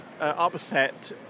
upset